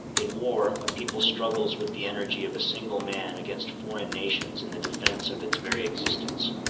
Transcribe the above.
in war a people struggles with the energy of a single man against foreign nations in the defence of its very existence.